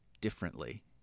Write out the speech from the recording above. differently